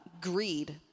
greed